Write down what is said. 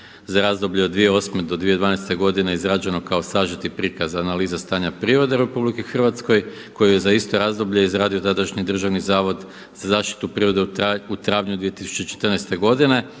za razdoblje od 2008. do 2012. godine izrađeno kao sažeti prikaz analize stanja prirode u RH koju je za isto razdoblje izradio tadašnji Državni zavod za zaštitu prirode u travnju 2014. godine